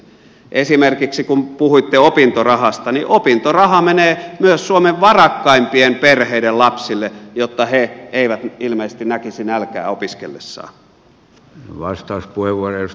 esimerkiksi kun puhuitte opintorahasta opintoraha menee myös suomen varakkaimpien perheiden lapsille jotta he eivät ilmeisesti näkisi nälkää opiskellessaan